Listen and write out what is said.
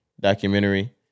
documentary